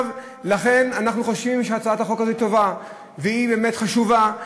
לכן אנחנו חושבים שהצעת החוק הזו היא טובה והיא באמת חשובה,